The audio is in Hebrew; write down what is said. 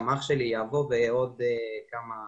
גם אחי מגיע לכאן בעוד כשבועיים,